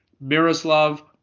Miroslav